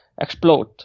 explode